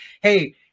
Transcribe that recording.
hey